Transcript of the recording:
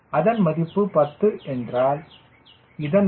அதன் மதிப்பு 10 என்றால் இதன் மதிப்பு 0